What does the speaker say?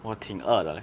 我挺饿的 leh